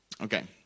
Okay